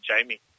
Jamie